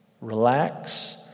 relax